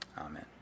amen